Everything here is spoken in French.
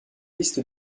liste